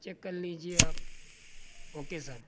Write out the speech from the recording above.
check کر لیجیے آپ او کے سر